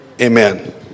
Amen